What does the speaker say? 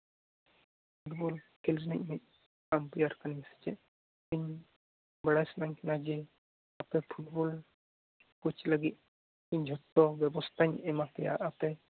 football ᱠᱷᱮᱹᱞ ᱨᱤᱱᱤᱡ ᱢᱤᱫ ᱟᱢᱯᱮᱭᱟᱨ ᱠᱟᱱᱤᱧ ᱥᱮᱪᱮᱫ ᱤᱧ ᱵᱟᱲᱟᱭ ᱥᱟᱱᱟᱧ ᱠᱟᱱᱟ ᱡᱮ ᱟᱯᱮ ᱯᱷᱩᱴᱵᱚᱞ ᱠᱳᱪ ᱞᱟᱹᱜᱤᱫ ᱤᱧ ᱡᱷᱚᱛᱚ ᱵᱮᱵᱚᱥᱛᱟᱧ ᱮᱢᱟᱯᱮᱭᱟ ᱟᱨ ᱟᱯᱮ